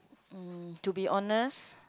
mm to be honest